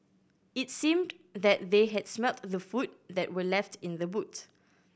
it seemed that they had smelt the food that were left in the boot